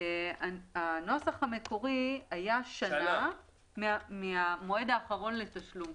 הנוסח המקורי היה: "שנה מן המועד האחרון לתשלום".